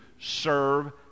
serve